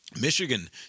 Michigan